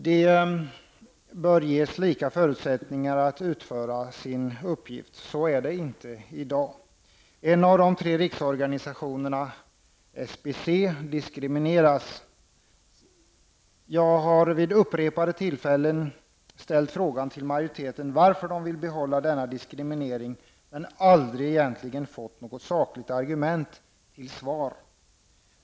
De bör ges lika förutsättningar att utföra sin uppgift. Så är det inte i dag. En av de tre riksorganisationerna, SBC, diskrimineras. Jag har vid upprepade tillfällen ställt frågan till majoriteten varför man vill behålla denna diskriminering, men aldrig fått något sakligt argument till svar.